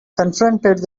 confronted